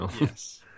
Yes